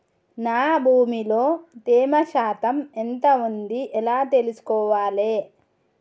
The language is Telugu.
నా భూమి లో తేమ శాతం ఎంత ఉంది ఎలా తెలుసుకోవాలే?